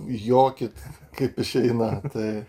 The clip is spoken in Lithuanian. jokit kaip išeina tai